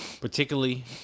particularly